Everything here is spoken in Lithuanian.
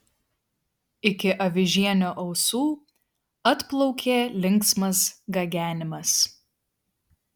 iki avižienio ausų atplaukė linksmas gagenimas